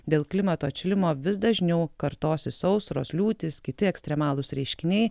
dėl klimato atšilimo vis dažniau kartosis sausros liūtys kiti ekstremalūs reiškiniai